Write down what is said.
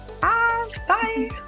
Bye